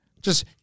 just-